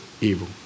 evil